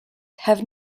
have